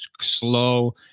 slow